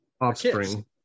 offspring